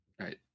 Right